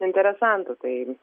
interesantų tai